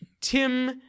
Tim